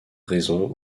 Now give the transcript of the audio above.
raison